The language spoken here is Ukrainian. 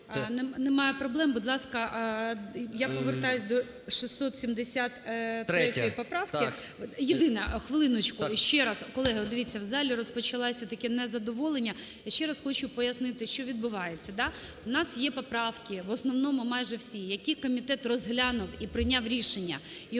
Немає проблем, будь ласка, я повертаюсь до 673 поправки. Єдине, хвилиночку, ще раз. Колеги, от дивіться, в залі розпочалося таке незадоволення. Я ще раз хочу пояснити, що відбувається. У нас є поправки, в основному майже всі, які комітет розглянув і прийняв рішення.